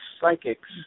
psychics